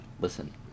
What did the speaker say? listen